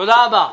תודה רבה.